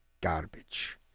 Garbage